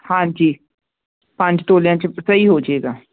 ਹਾਂਜੀ ਪੰਜ ਤੋਲਿਆਂ ਚ ਸਹੀ ਹੋਜੇਗਾ